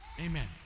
Amen